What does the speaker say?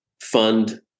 fund